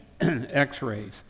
x-rays